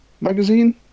magazine